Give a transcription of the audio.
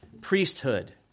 priesthood